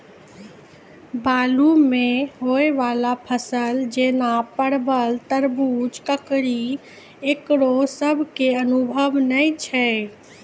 बालू मे होय वाला फसल जैना परबल, तरबूज, ककड़ी ईकरो सब के अनुभव नेय छै?